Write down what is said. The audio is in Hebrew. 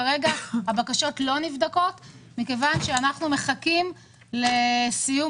כרגע הבקשות לא נבדקות מכיוון שאנחנו מחכים לסיום